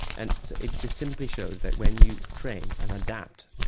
and it just simply shows that when you train and adapt,